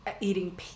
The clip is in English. eating